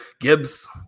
Gibbs